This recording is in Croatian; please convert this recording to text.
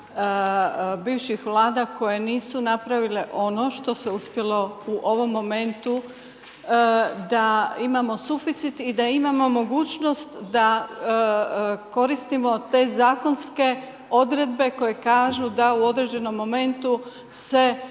bivših vlada koje nisu napravile ono što se uspjelo u ovom momentu da imamo suficit i da imamo mogućnost da koristimo te zakonske odredbe koje kažu da u određenom momentu se mirovine